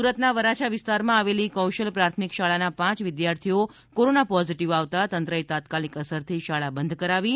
સુરતના વરાછા વિસ્તારમાં આવેલી કૌશલ પ્રાથમિક શાળાના પાંચ વિદ્યાર્થીઓ કોરોના પોઝિટિવ આવતા તંત્રએ તાત્કાલિક અસરથી શાળા બંધ કરાવી છે